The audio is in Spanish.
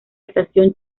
estación